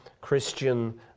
Christian